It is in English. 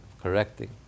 correcting